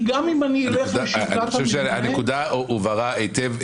אני חושב שהנקודה הובהרה היטב.